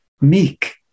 meek